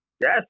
Yes